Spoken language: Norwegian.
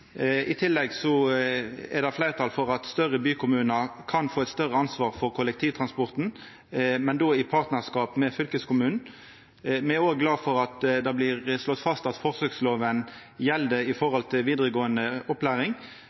I tillegg er det fleirtal for at større bykommunar kan få eit større ansvar for kollektivtransporten, men då i partnarskap med fylkeskommunen. Me er òg glade for at det blir slått fast at forsøksloven gjeld i forhold til vidaregåande opplæring,